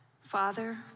Father